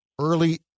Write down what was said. early